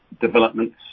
developments